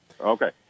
Okay